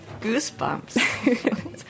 goosebumps